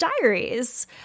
diaries